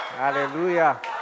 Hallelujah